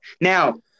now